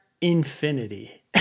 infinity